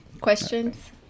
Questions